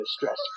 distress